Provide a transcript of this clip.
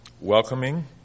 Welcoming